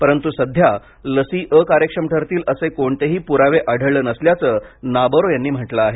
परंतु सध्या लसी अकार्यक्षम ठरतील असे कोणतेही पुरावे आढळे नसल्याचं नाबारो यांनी म्हटलं आहे